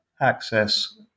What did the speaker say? access